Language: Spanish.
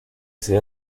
ese